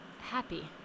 Happy